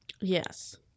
Yes